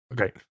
okay